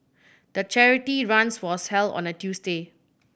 the charity runs was held on a Tuesday